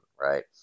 right